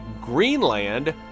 Greenland